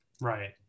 Right